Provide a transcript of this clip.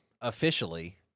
officially